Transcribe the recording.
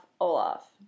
Olaf